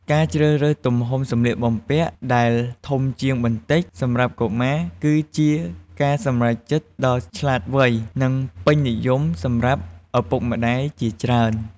ការជ្រើសរើសទំហំសម្លៀកបំពាក់ដែល ធំជាងបន្តិច សម្រាប់កុមារ គឺជាការសម្រេចចិត្តដ៏ឆ្លាតវៃ និងពេញនិយមសម្រាប់ឪពុកម្តាយជាច្រើន។